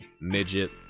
midget